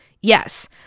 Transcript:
yes